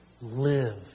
live